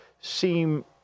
seem